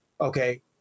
Okay